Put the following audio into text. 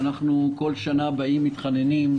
שאנחנו כל שנה באים ומתחננים,